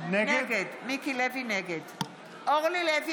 נגד אורלי לוי